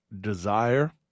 desire